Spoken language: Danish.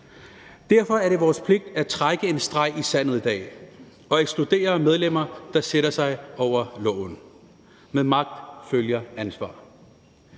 Derfor er det vores pligt at trække en streg i sandet i dag og ekskludere medlemmer, der sætter sig ud over loven. Med magt følger ansvar.